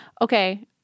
okay